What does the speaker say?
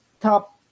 top